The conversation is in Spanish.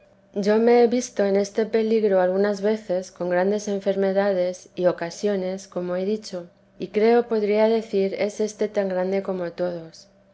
yo me he visto en este peligro algunas veces con grandes enfermedades y ocasiones como he dicho y creo podría decir es éste tan grande como todos